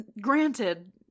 granted